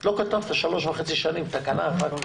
לא כתבת שלוש וחצי שנים תקנה אחת.